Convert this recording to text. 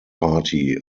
party